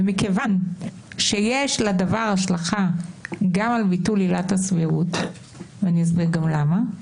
ומכיוון שיש לדבר השלכה גם על ביטול עילת הסבירות ואני גם אסביר למה,